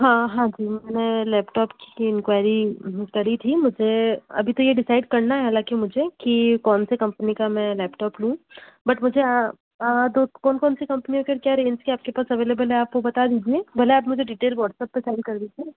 हाँ हाँ जी मैंने लेपटॉप की इन्क्वाइरी करी थी मुझे अभी तो ये डिसाइड करना है हालाँकि मुझे कि कौन से कम्पनी का मैं लेपटॉप लूँ बट मुझे दो कौन कौन सी कंपनियों के और क्या रेंज के आपके पास अवेलेबल है आप वो बता दीजिए भले ही आप मुझे डिटेल वाट्सअप पर सेंड कर दीजिए